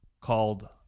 called